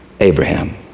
Abraham